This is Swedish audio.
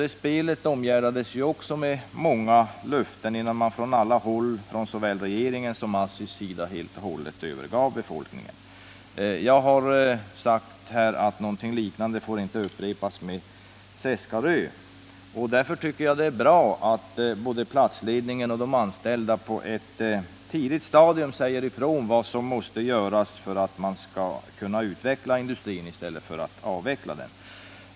Det spelet omgärdades också med många löften innan såväl regeringen som ASSI helt övergav befolkningen. Jag har här sagt att något liknande inte får upprepas när det gäller Seskarö. Därför tycker jag att det är bra att både platsledningen och de anställda på ett tidigt stadium säger ifrån vad som måste göras för att vi skall kunna utveckla industrin i stället för att avveckla den.